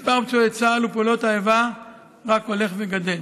מספר פצועי צה"ל ופעולות האיבה רק הולך וגדל.